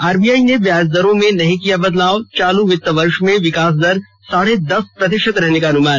RBI ने ब्याज दरों में नहीं किया बदलाव चालू वित्त् वर्ष में विकास दर साढे दस प्रतिशत रहने का अनुमान